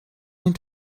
need